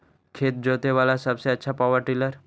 खेत जोते बाला सबसे आछा पॉवर टिलर?